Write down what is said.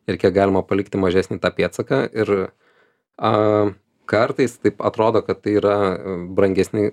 ir kiek galima palikti mažesnį pėdsaką ir kartais taip atrodo kad tai yra brangesni